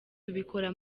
tubikora